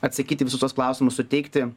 atsakyti į visus tuos klausimus suteikti